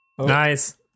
Nice